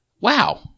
wow